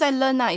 um